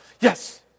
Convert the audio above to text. yes